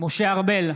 משה ארבל,